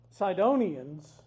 Sidonians